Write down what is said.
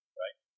right